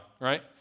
right